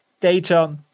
data